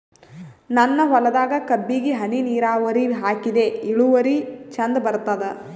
ನನ್ನ ಹೊಲದಾಗ ಕಬ್ಬಿಗಿ ಹನಿ ನಿರಾವರಿಹಾಕಿದೆ ಇಳುವರಿ ಚಂದ ಬರತ್ತಾದ?